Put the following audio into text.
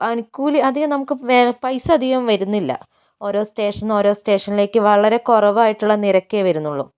പണിക്കൂലി അധികം നമുക്ക് വേറെ പൈസ അധികം വരുന്നില്ല ഓരോ സ്റ്റേഷന്ന് ഓരോ സ്റ്റേഷനിലേക്ക് വളരെ കുറവായിട്ടുള്ള നിരക്കേ വരുന്നുള്ളൂ